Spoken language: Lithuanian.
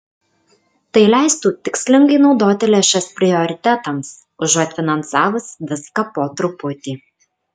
tai leistų tikslingai naudoti lėšas prioritetams užuot finansavus viską po truputį